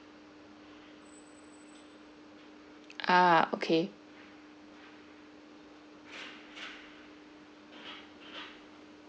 ah okay